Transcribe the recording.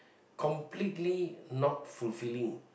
completely not fulfilling